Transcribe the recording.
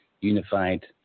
unified